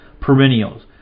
perennials